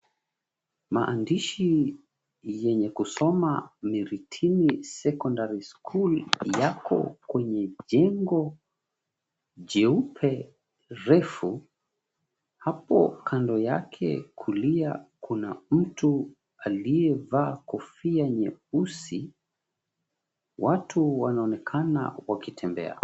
Maandishi yenye kusoma, "Miritini Secondary School", yako kwenye jengo jeupe, refu. Hapo kando yake kulia, kuna mtu aliyevaa kofia nyeusi. Watu wanaonekana wakitembea.